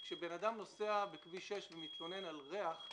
כשאדם נוסע בכביש 6 ומתלונן על ריח,